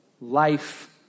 Life